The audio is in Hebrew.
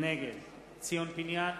נגד ציון פיניאן,